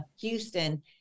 Houston